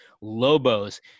Lobos